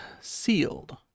Sealed